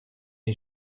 est